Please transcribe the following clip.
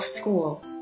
school